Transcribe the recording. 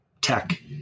tech